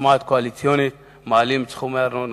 למשמעת קואליציונית ולקבוע שמעלים את סכומי הארנונה.